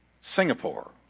Singapore